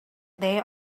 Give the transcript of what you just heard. day